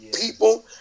people